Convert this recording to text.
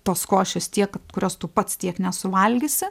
tos košės tiek kurios tu pats tiek nesuvalgysi